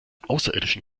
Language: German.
außerirdischen